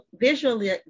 visually